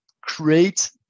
create